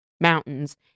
mountains